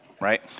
right